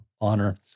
honor